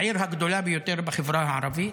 העיר הגדולה ביותר בחברה הערבית.